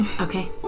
Okay